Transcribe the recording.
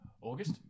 August